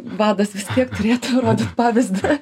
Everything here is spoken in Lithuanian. vadas vis tiek turėtų rodyt pavyzdį